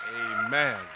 amen